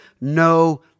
no